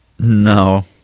No